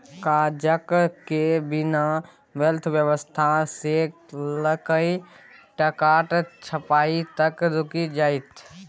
कागजक बिना अर्थव्यवस्था सँ लकए टकाक छपाई तक रुकि जाएत